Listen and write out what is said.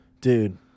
Dude